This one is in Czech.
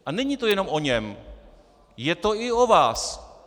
A není to jenom o něm, je to i o vás.